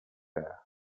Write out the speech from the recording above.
there